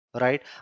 right